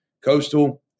Coastal